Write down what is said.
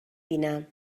بینم